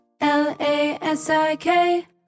L-A-S-I-K